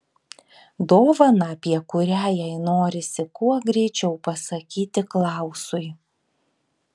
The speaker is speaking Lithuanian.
dovaną apie kurią jai norisi kuo greičiau pasakyti klausui